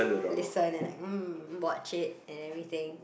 listen and like mm watch it and everything